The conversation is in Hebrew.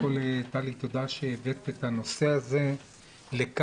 תודה טלי שהבאת את הנושא הזה לכאן,